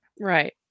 Right